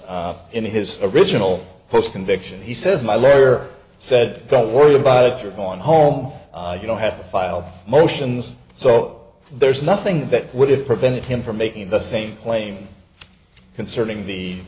in his original post conviction he says my lawyer said don't worry about it you're going home you don't have to file motions so there's nothing that would have prevented him from making the same claim concerning the